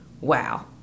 wow